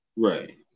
right